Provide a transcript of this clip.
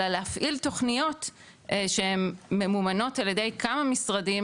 אלא להפעיל תוכניות שהן ממומנות על ידי כמה משרדים,